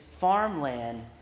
farmland